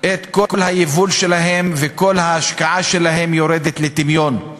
את כל היבול שלהם, וכל ההשקעה שלהם יורדת לטמיון.